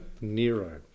nero